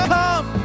come